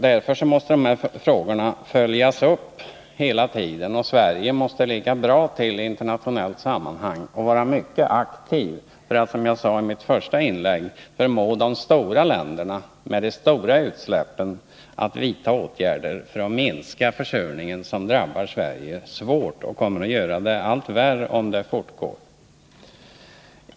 Därför måste de här frågorna hela tiden följas upp, och Sverige måste se till att ligga bra till i ett internationellt sammanhang och mycket aktivt arbeta för att, som jag sade i mitt första inlägg, förmå de stora länderna med de stora utsläppen att vidta åtgärder som minskar den försurningen. Den drabbar Sverige hårt, och den kommer att bli allt värre, om utsläppen fortsätter.